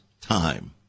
time